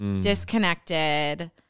disconnected